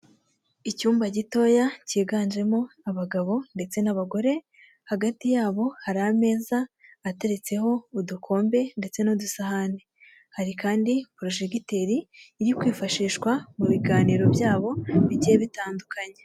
Icyumba gitoya cyiganjemo abagabo ndetse n'abagore, hagati yabo hari ameza ateretseho udukombe ndetse n'udusahane, hari kandi porojegiteri iri kwifashishwa mu biganiro byabo bigiye bitandukanye.